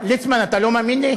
ליצמן, אתה לא מאמין לי?